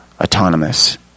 autonomous